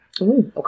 okay